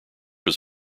was